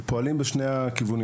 אנחנו פועלים בשני הכיוונים.